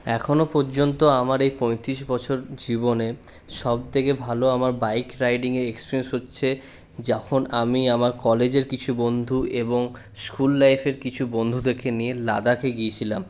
এখনো পর্যন্ত আমার এই পঁয়ত্রিশ বছর জীবনে সবথেকে ভালো আমার বাইক রাইডিংয়ের এক্সপেরিয়েন্স হচ্ছে যখন আমি আমার কলেজের কিছু বন্ধু এবং স্কুল লাইফের কিছু বন্ধুদেরকে নিয়ে লাদাখে গিয়েছিলাম